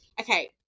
Okay